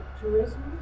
tourism